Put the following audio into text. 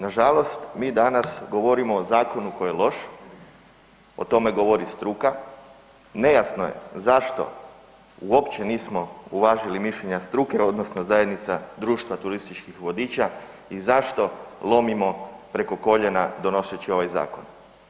Nažalost, mi danas govorimo o zakonu koji je loš, o tome govori struka, nejasno je zašto uopće nismo uvažili mišljenja struke odnosno Zajednica društva turističkih vodiča i zašto lomimo preko koljena donoseći ovaj zakon.